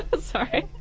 Sorry